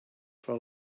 for